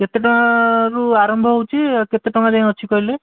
କେତେ ଟଙ୍କାରୁ ଆରମ୍ଭ ହେଉଛି ଆଉ କେତେ ଟଙ୍କା ଯାଏଁ ଅଛି କହିଲେ